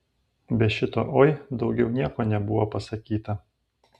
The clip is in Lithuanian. be šito oi daugiau nieko nebuvo pasakyta